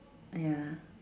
ah ya